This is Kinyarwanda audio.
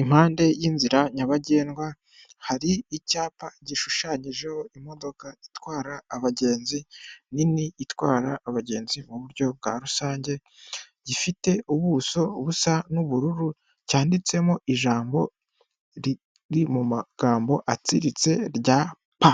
Impande y'inzira nyabagendwa hari icyapa gishushanyijeho imodoka itwara abagenzi, nini, itwara abagenzi mu buryo bwa rusange, gifite ubuso busa n'ubururu, cyanditsemo ijambo riri mu magambo atsiritse, rya pa.